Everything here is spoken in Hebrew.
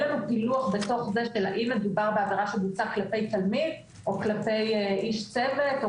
לנו פילוח האם מדובר בעבירה שבוצעה כלפי תלמיד או כלפי איש צוות.